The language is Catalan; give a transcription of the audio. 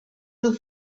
del